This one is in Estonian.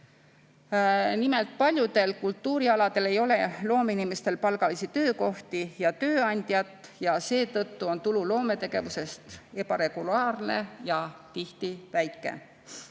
Nimelt, paljudel kultuurialadel ei ole loomeinimestel palgalisi töökohti ja tööandjat ning seetõttu on tulu loometegevusest ebaregulaarne ja tihti väike.